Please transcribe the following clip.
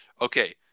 Okay